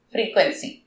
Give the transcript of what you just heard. Frequency